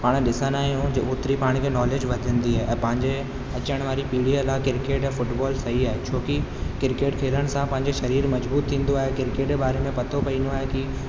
पाण ॾिसंदा आहियूं ओ ओतिरी पाण खे नॉलेज वधंदी ऐं पंहिंजे अचणु वारे पीढ़ीअ लाइ किरकेट फुटबॉल सही आहे छोकी किरकेट खेलनि सां पंहिंजो शरीर मज़बूत थींदो आहे किरकेट ए बारे में पतो पवंदो आहे की